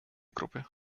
gruppe